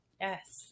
yes